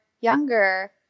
younger